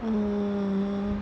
um